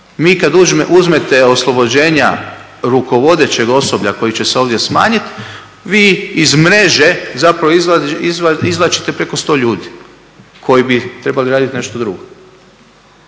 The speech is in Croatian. Mi kad uzmete oslobođenja rukovodećeg osoblja koji će se ovdje smanjiti vi iz mreže zapravo izvlačite preko 100 ljudi koji bi trebali raditi nešto drugo.